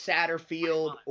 Satterfield